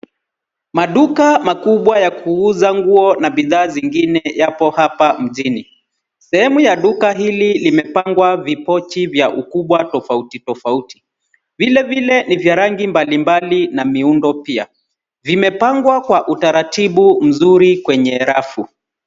Maduka makubwa ya kuuza nguo na bidhaa zingine yapo hapa mjini. Sehemu ya duka hili limepangwa vipochi vya ukubwa tofauti tofauti. Vilevile ni vya rangi mbalimbali na miundo pia. Vimepangwa kwa utaratibu mzuri kwenye rafu.